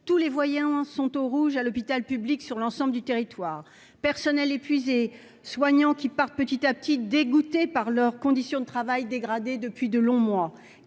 tous les voyants sont au rouge à l'hôpital public, sur l'ensemble du territoire personnel épuisé soignants qui partent, petit à petit, dégoûté par leurs conditions de travail dégradées depuis de longs mois